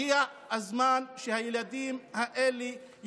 הגיע הזמן שהילדים האלה, תודה רבה.